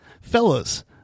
Fellas